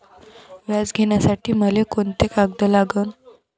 व्याज घ्यासाठी मले कोंते कागद लागन?